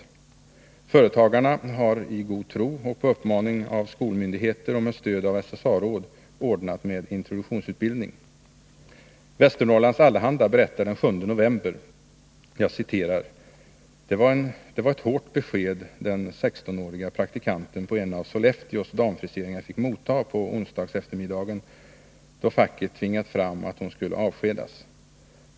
Företagarna har i god tro och på uppmaning av skolmyndigheter och med stöd av SSA-råd ordnat introduktionsutbildning. Västernorrlands Allehanda berättar den 7 november: ”Det var ett hårt besked den 16-åriga praktikanten på en av Sollefteås Damfriseringar fick motta på onsdagseftermiddagen, då facket tvingat fram att hon skulle avskedas.